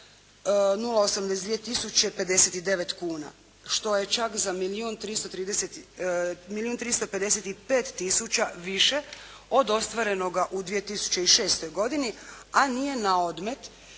59 kuna što je čak za milijun 355 tisuća više od ostvarenoga u 2006. godini, a nije na odmet